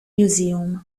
museum